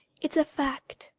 it's a fact.